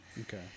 Okay